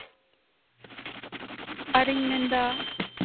ᱟᱨᱤᱧ ᱢᱮᱱᱫᱟ